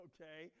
Okay